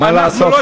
מה לעשות,